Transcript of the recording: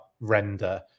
render